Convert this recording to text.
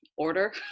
order